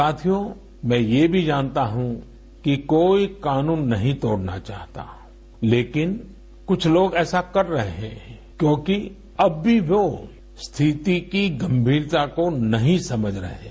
साथियो मैं ये भी जानता हूं कि कोई कानून नहीं तोड़ना चाहता लेकिन कुछ लोग ऐसा कर रहे हैं क्योंकि अब भी वो स्थिति की गंभीरता को नहीं समझ रहे हैं